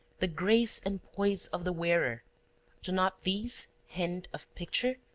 the grace and poise of the wearer do not these hint of picture,